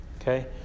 Okay